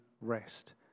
rest